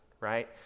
right